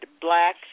black